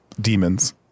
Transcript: demons